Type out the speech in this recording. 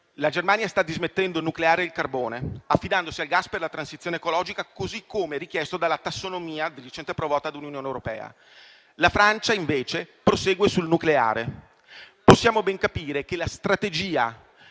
la Germania sta dismettendo il nucleare e il carbone, affidandosi al gas per la transizione ecologica, così come richiesto dalla tassonomia di recente approvata dall'Unione europea; la Francia invece prosegue sul nucleare. Possiamo ben capire che la strategia